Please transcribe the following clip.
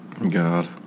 God